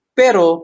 pero